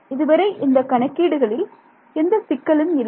இதுவரை இந்த கணக்கீடுகளில் எந்த சிக்கலும் இல்லை